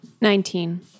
Nineteen